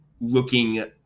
looking